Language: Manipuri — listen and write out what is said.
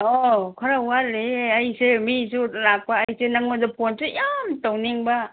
ꯑꯣ ꯈꯔ ꯋꯥꯠꯂꯤꯌꯦ ꯑꯩꯁꯦ ꯃꯤꯁꯨ ꯂꯥꯛꯄ ꯑꯩꯁꯦ ꯅꯉꯣꯟꯗ ꯐꯣꯟꯁꯦ ꯌꯥꯝ ꯇꯧꯅꯤꯡꯕ